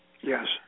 Yes